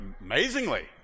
amazingly